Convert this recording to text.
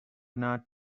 not